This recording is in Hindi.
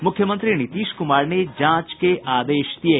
मुख्यमंत्री नीतीश कुमार ने जांच के आदेश दिये